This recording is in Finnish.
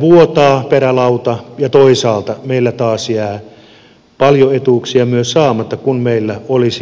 vuotaa perälauta ja toisaalta meillä jää paljon etuuksia myös saamatta toisin kuin jos meillä olisi avoimempi tiedonvaihto